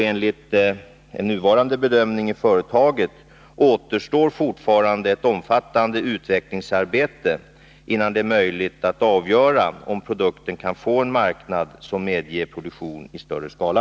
Enligt nuvarande bedömning inom företaget återstår fortfarande ett omfattande utvecklingsarbete innan det är möjligt att avgöra om produkten kan få en marknad som medger produktion i större skala.